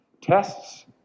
tests